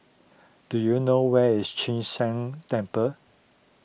do you know where is Chu Sheng Temple